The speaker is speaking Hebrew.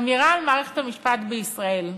אמירה על מערכת המשפט בישראל.